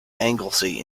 anglesey